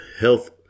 health